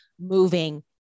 moving